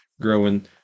growing